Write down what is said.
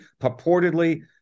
purportedly